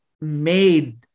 made